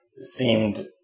seemed